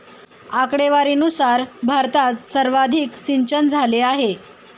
आकडेवारीनुसार भारतात सर्वाधिक सिंचनझाले आहे